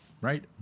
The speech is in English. right